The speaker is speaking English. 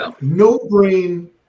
no-brain